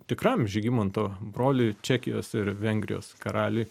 tikram žygimanto broliui čekijos ir vengrijos karaliui